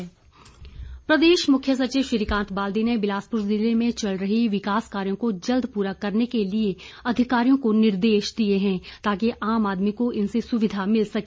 बाल्दी प्रदेश मुख्य सचिव श्रीकांत बाल्दी ने बिलासपुर जिले में चल रहे विकास कार्यो को जल्द पूरा करने के लिए अधिकारियों को निर्देश दिए हैं ताकि आम आदमी को इनसे सुविधा मिल सके